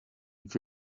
iki